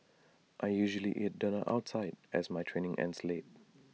I usually eat dinner outside as my training ends late